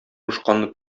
кушканны